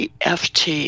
EFT